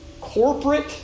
corporate